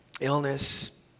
illness